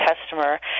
customer